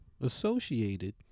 Associated